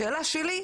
השאלה שלי,